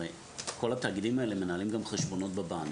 הרי כל התאגידים האלה מנהלים גם חשבונות בבנק.